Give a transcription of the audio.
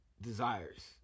desires